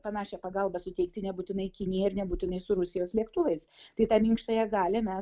panašią pagalbą suteikti nebūtinai kinija ir nebūtinai su rusijos lėktuvais tai tą minkštąją galią mes